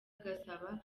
agasaba